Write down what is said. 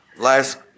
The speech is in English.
last